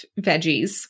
veggies